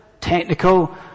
Technical